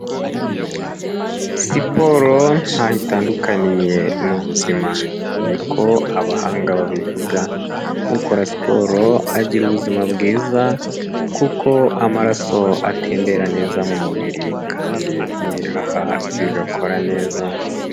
Siporo ntaho itandukaniye n'ubuzima niko abahanga babivuga, ukora siporo agira ubuzima bwiza kuko amaraso atembera neza mu mubiri kandi n'ibihaha bigakora neza.